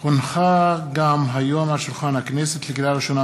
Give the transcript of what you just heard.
לקריאה ראשונה,